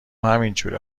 همینجوره